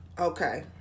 Okay